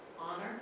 honor